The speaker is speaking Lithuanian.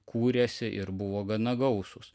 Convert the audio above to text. kūrėsi ir buvo gana gausūs